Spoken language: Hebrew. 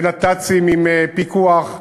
ונת"צים עם פיקוח,